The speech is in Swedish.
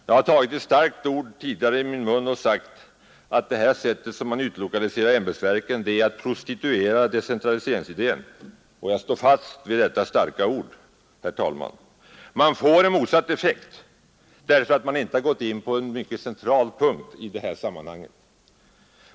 Jag har tidigare tagit ett starkt ord i min mun och sagt att det sätt på vilket man utlokaliserar ämbetsverken är att prostituera decentraliseringsidén, och jag står fast vid detta starka ord, herr talman. Man får en motsatt effekt därför att man inte har gått in på en mycket central punkt i sammanhanget.